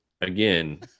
again